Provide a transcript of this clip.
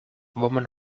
woman